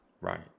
right